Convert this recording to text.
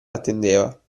attendeva